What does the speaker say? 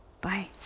Bye